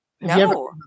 No